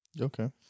Okay